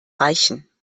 reichen